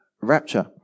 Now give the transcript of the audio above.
rapture